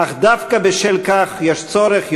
אך דווקא בשל כך יש צורך,